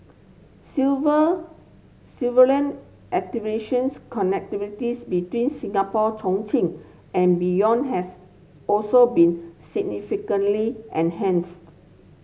civil civilly connectivity's between Singapore Chongqing and beyond has also been significantly enhanced